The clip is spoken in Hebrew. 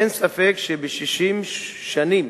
אין ספק שב-60 שנים